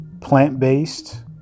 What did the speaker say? plant-based